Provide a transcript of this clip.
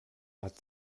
hat